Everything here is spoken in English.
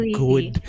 good